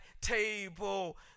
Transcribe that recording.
table